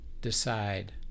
decide